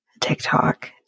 TikTok